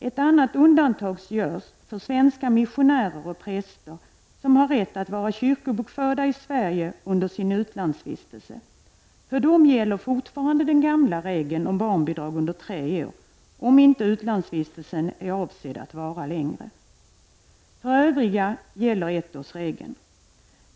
Ett annat undantag görs för svenska missionärer och präster, som har rätt att vara kyrkobokförda i Sverige under sin utlandsvistelse. För dem gäller fortfarande den gamla regeln om barnbidrag under tre år, om inte utlandsvistelsen är avsedd att vara längre. För övriga gäller ettårsregeln.